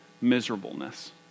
miserableness